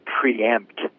preempt